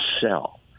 sell